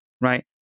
right